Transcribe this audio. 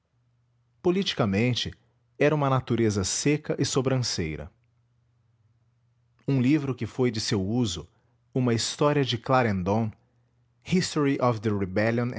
politicamente era uma natureza seca e sobranceira um livro que foi de seu uso uma história de clarendon